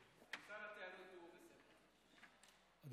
בשביל שר התיירות הוא בסדר גמור.